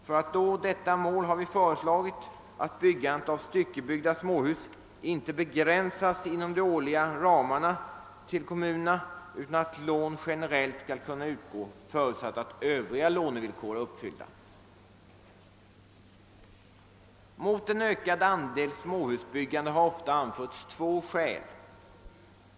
För att nå detta mål har vi föreslagit att byggandet av styckebyggda småhus inte begränsas inom kommunernas årliga ramar utan att lån generellt skall kunna utgå, förutsatt att övriga lånevillkor är uppfyllda. Mot en ökad andel småhusbyggande har ofta anförts två skäl.